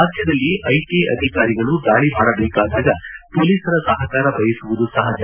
ರಾಜ್ಯದಲ್ಲಿ ಐಟಿ ಅಧಿಕಾರಿಗಳು ದಾಳಿ ಮಾಡಬೇಕಾದಾಗ ಪೊಲೀಸರ ಸಹಕಾರ ಬಯಸುವುದು ಸಹಜ